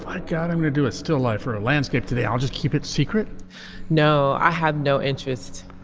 i got him to do is still alive for a landscape today. i'll just keep it secret no i have no interest.